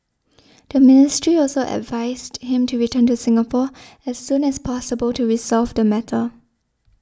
the ministry also advised him to return to Singapore as soon as possible to resolve the matter